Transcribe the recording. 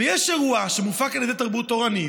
ויש אירוע שמופק על ידי תרבות תורנית,